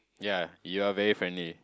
ya you are very friendly